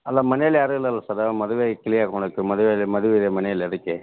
ಅಲ್ಲ ಮನೆಯಲ್ಲಿ ಯಾರು ಇಲ್ಲಲ್ಲ ಸರ್ ಮದುವೆ ಮದುವೆ ಇದೆ ಮದುವೆಯಿದೆ ಮನೆಯಲ್ಲಿ ಅದಕ್ಕೆ